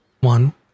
one